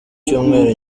cyumweru